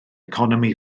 economi